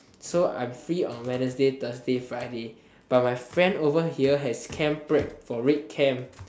so I'm free on wednesday thursday friday but my friend over here has camp prac for red camp